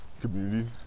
community